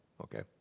Okay